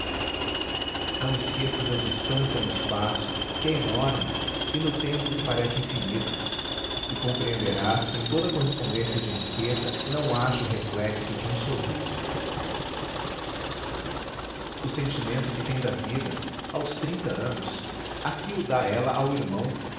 não esqueças a distância no espaço que é enorme e no tempo que parece infinito e compreenderás que em toda a correspondência de henriqueta não haja o reflexo de um sorriso o sentimento que tem da vida aos trinta anos aqui o dá ela ao irmão